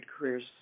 careers